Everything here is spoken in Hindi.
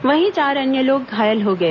वहीं चार अन्य लोग घायल हो गए